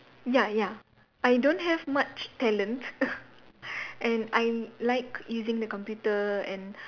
ya ya I don't have much talent and I like using the computer and